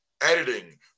editing